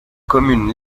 communes